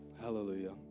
Hallelujah